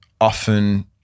often